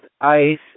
ice